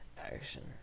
Action